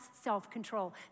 self-control